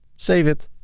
save it,